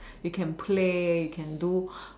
you can play you can do